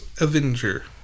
Avenger